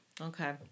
Okay